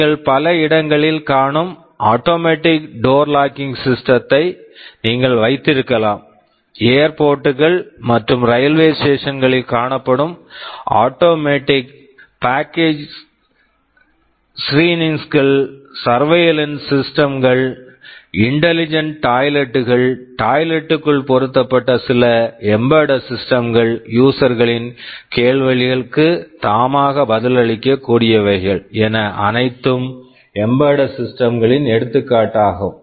நீங்கள் பல இடங்களில் காணும் automatic door locking system automatic door locking systems களை நீங்கள் வைத்திருக்கலாம் ஏர்போர்ட் airport கள் மற்றும் ரயில்வே ஸ்டேஷன் railway stations களில் காணப்படும் automatic baggage screenings automatic baggage screenings கள் சர்வேயில்லன்ஸ் சிஸ்டம் surveillance systems கள் இன்டெலிஜெண்ட் டாய்லெட் intelligent toilets கள் டாய்லெட் toileet களுக்குள் பொருத்தப்பட்ட சில எம்பெட்டட் சிஸ்டம்ஸ் embedded systems கள் யூஸர் user களின் கேள்விகளுக்கு தாமாக பதிலளிக்கக்கூடியவை என அனைத்தும் எம்பெட்டட் சிஸ்டம்ஸ் embedded systems களின் எடுத்துக்காட்டுகள் ஆகும்